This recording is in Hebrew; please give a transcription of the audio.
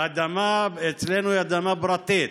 והאדמה אצלנו היא אדמה פרטית.